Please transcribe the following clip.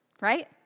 Right